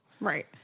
Right